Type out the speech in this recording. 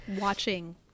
watching